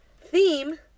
Theme